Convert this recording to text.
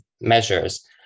measures